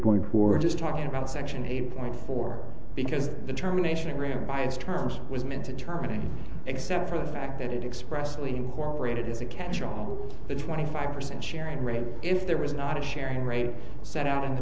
going to are just talking about section eight point four because determination ran by its terms was meant to terminate except for the fact that it expressed leaving or branded as a catch all the twenty five percent sharing rate if there was not a sharing rate set out in the